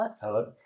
Hello